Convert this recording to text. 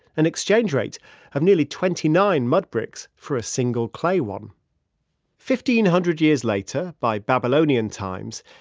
an exchange rate of nearly twenty nine mud bricks for a single clay one fifteen hundred years later, by babylonian times,